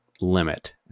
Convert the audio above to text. limit